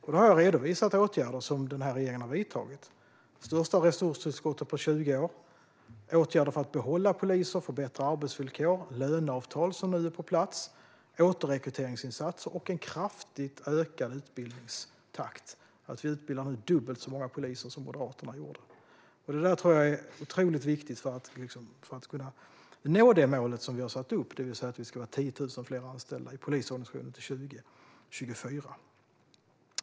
Jag har redovisat åtgärder som denna regering har vidtagit. Det är det största resurstillskott som har skett på 20 år. Vi har vidtagit åtgärder för att behålla poliser och förbättra arbetsvillkor, och löneavtal är nu på plats. Vi har gjort återrekryteringsinsatser, och det är nu en kraftigt ökad utbildningstakt. Det utbildas nu dubbelt så många poliser som under Moderaternas tid. Detta tror jag är otroligt viktigt för att kunna nå det mål som vi har satt upp, det vill säga att det ska vara 10 000 fler anställda i polisorganisationen till 2024.